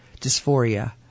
dysphoria